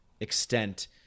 extent